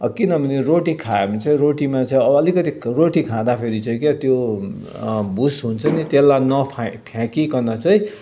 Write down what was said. किनभने रोटी खायो भने चाहिँ रोटीमा चाहिँ अलिकति रोटी खाँदा फेरि चाहिँ के त्यो भुस हुन्छ नि त्यसलाई नफा नफ्याँकीकन चाहिँ